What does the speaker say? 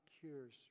cures